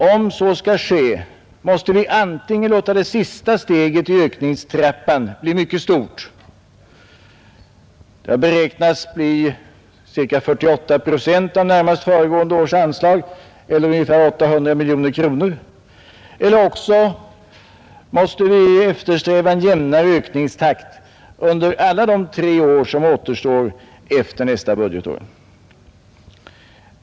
Om så skall ske måste vi antingen låta det sista steget i ökningstrappan bli mycket stort — det har beräknats bli ca 48 procent av närmast föregående års anslag eller 800 miljoner kronor — eller också eftersträva en jämnare ökningstakt under alla de tre år som återstår efter nästa budgetår.